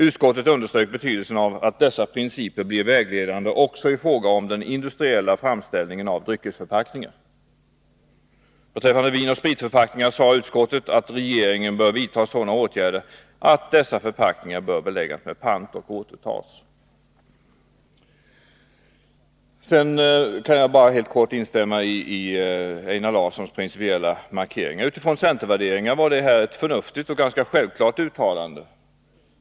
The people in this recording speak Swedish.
Utskottet underströk betydelsen av att dessa principer blir vägledande också i fråga om den industriella framställningen av dryckesförpackningar. Beträffande vinoch spritförpackningar sade utskottet att regeringen bör vidta sådana åtgärder att dessa förpackningar bör beläggas med pant och återtas. Sedan kan jag bara helt kort instämma i Einar Larssons principiella markeringar. Utifrån centervärderingar var det ett förnuftigt och ganska självklart uttalande.